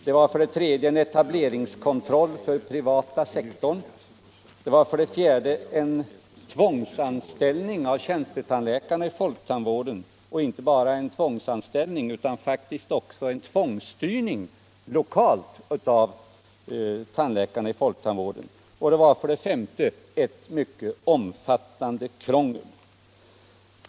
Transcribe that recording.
Det var för det tredje en etableringskontroll för den privata sektorn. Det var för det fjärde en tvångsanställning — faktiskt också en tvångsstyrning lokalt — av tjänstetandläkarna i folktandvården. Och det var för det femte ett mycket omfattande krångel.